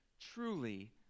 truly